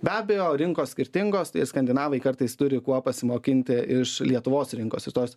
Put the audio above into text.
be abejo rinkos skirtingos tai skandinavai kartais turi kuo pasimokinti iš lietuvos rinkos iš tos